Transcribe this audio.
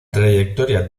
trayectoria